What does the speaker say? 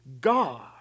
God